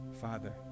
Father